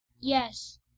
Yes